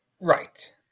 Right